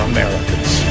Americans